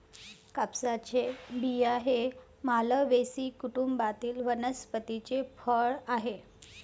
कापसाचे बिया हे मालवेसी कुटुंबातील वनस्पतीचे फळ आहे